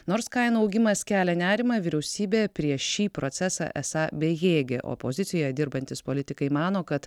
nors kainų augimas kelia nerimą vyriausybė prieš šį procesą esą bejėgė opozicijoje dirbantys politikai mano kad